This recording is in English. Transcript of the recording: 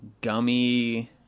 gummy